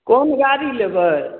कोन गाड़ी लेबै